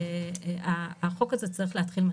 הבנתי שאתם נוסעים חינם.